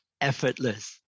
effortless